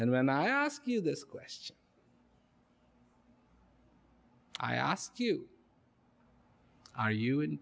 and when i ask you this question i ask you are you in